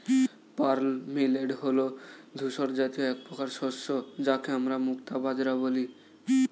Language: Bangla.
পার্ল মিলেট হল ধূসর জাতীয় একপ্রকার শস্য যাকে আমরা মুক্তা বাজরা বলি